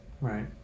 right